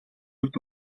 хувьд